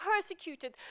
persecuted